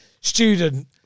student